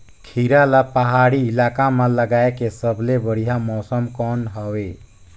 खीरा ला पहाड़ी इलाका मां लगाय के सबले बढ़िया मौसम कोन हवे?